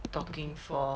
talking for